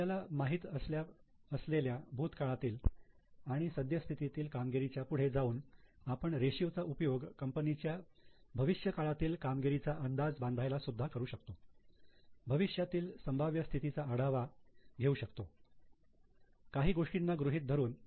आपल्याला माहित असलेल्या भूतकाळातील आणि आणि सद्यस्थितीतील कामगिरी च्या पुढे जाऊन आपण रेषीयो चा उपयोग कंपनीच्या भविष्य काळातील कामगिरीचा अंदाज बांधायला सुद्धा करू शकतो भविष्यातील संभाव्य स्थितीचा आढावा घेऊ शकतो काही गोष्टींना गृहीत धरून